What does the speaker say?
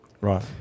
Right